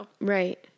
Right